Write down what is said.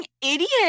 idiot